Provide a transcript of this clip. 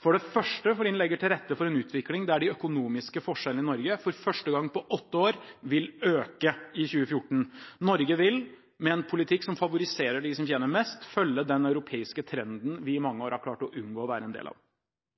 for det første fordi den legger til rette for en utvikling der de økonomiske forskjellene i Norge for første gang på åtte år vil øke i 2014. Norge vil med en politikk som favoriserer dem som tjener mest, følge den europeiske trenden vi i mange